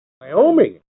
Wyoming